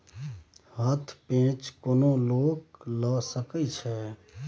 हथ पैंच कोनो लोक लए सकैत छै